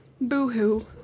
Boo-hoo